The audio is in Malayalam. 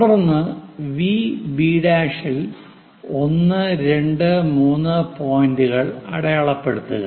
തുടർന്ന് VB' ൽ 1 2 3 പോയിന്റുകൾ അടയാളപ്പെടുത്തുക